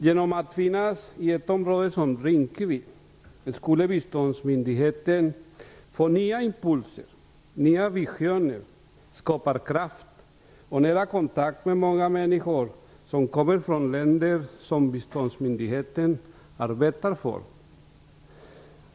Genom att finnas i ett område som Rinkeby skulle biståndsmyndigheten få nya impulser, nya visioner, skaparkraft och nära kontakt med många människor som kommer från länder som biståndsmyndigheten arbetar för.